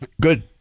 Good